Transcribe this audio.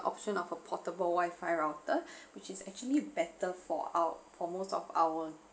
option of a portable Wi-Fi router which is actually better for um for most of our